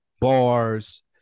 Bars